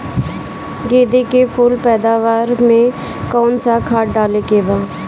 गेदे के फूल पैदवार मे काउन् सा खाद डाले के बा?